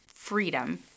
freedom